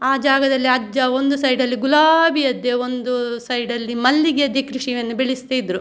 ಆ ಜಾಗದಲ್ಲಿ ಅಜ್ಜ ಒಂದು ಸೈಡಲ್ಲಿ ಗುಲಾಬಿಯದ್ದೇ ಒಂದು ಸೈಡಲ್ಲಿ ಮಲ್ಲಿಗೆಯದ್ದೆ ಕೃಷಿಯನ್ನೆ ಬೆಳಸ್ತಿದ್ದರು